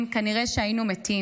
כנראה שהיינו מתים.